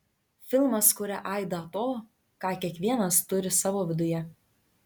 filmas kuria aidą to ką kiekvienas turi savo viduje